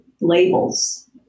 labels